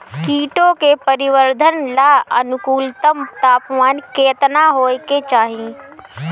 कीटो के परिवरर्धन ला अनुकूलतम तापमान केतना होए के चाही?